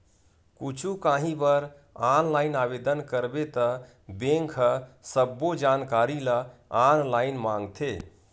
कुछु काही बर ऑनलाईन आवेदन करबे त बेंक ह सब्बो जानकारी ल ऑनलाईन मांगथे